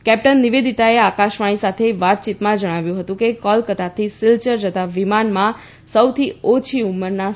captain નિવેદીતાએ આકાશવાણી સાથે વાતચીતમાં જણાવ્યું હતું કે કોલકતાથી સિલચર જતા વિમાનમાં સૌથી ઓછી ઉંમર સફ પાયલટ હતા